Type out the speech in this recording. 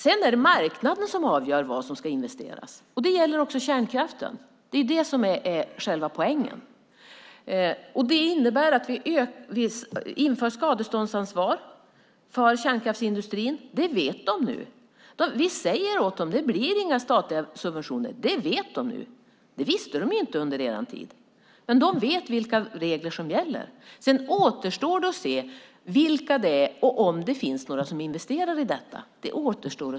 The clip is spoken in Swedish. Sedan är det marknaden som avgör vad som ska investeras i. Det gäller också kärnkraften. Det är det som är själva poängen. Det innebär att vi inför skadeståndsansvar för kärnkraftsindustrin. De vet de nu. Vi säger åt dem: Det blir inga statliga subventioner. Det vet de nu. Det visste de inte under er tid. Men de vet nu vilka regler som gäller. Sedan återstår det att se vilka det är och om det finns några som investerar i detta.